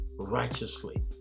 righteously